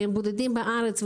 שהם בודדים בארץ,